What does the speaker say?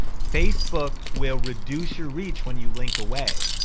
facebook will reduce your reach when you link away.